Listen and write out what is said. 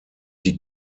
die